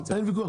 אין ויכוח,